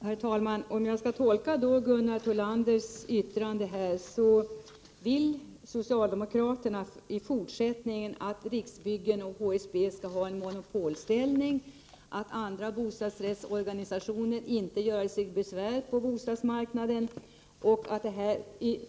Herr talman! Jag tolkar Gunnar Thollanders uttalande så, att socialdemokraterna i fortsättningen vill att Riksbyggen och HSB skall ha en monopolställning och att andra bostadsrättsorganisationer icke göre sig besvär på bostadsmarknaden.